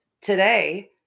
today